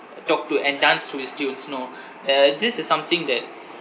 uh talk to enhance to his stilts know uh this is something that